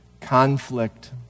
Conflict